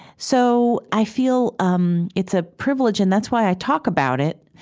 so i feel um it's a privilege and that's why i talk about it.